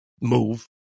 move